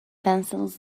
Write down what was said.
pencils